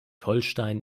holstein